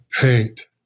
paint